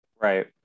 Right